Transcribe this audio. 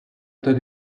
that